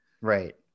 Right